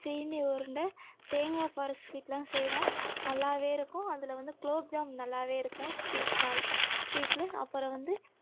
சீனி உருண்டை தேங்காய் பார் ஸ்வீட்டெலாம் செய்வோம் நல்லாவே இருக்கும் அதில் வந்து குலோப்ஜாம் நல்லாவே இருக்கும் ஸ்வீட்டில் அப்புறோம் வந்து